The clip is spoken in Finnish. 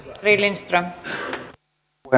arvoisa puhemies